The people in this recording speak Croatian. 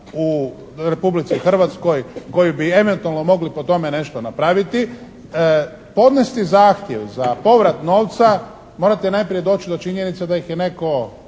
u Republici Hrvatskoj koji bi eventualno mogli po tome nešto napraviti podnesti zahtjev za povrat novca. Morate najprije doći do činjenice da ih je netko